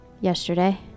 yesterday